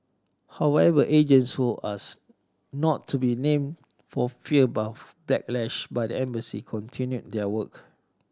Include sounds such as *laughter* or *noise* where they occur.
however agents who asked not to be named for fear *unintelligible* backlash by the embassy continued their work